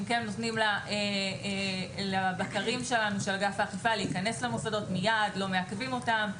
הן נותנות למבקרים של אגף האכיפה להיכנס למוסדות מיד ולא מעכבות אותם.